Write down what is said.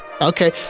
Okay